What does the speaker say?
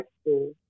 school